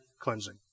cleansing